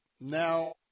Now